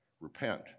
repent